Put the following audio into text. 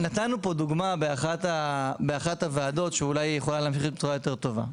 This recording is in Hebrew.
נתנו פה דוגמה באחת הוועדות שאולי יכולה להמחיש בצורה יותר טובה.